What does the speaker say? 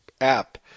app